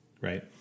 right